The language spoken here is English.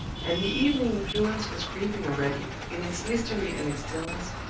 and the evening influence was creeping already, in its mystery and its stillness,